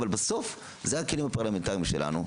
אבל בסוף אלו הכלים הפרלמנטריים שלנו,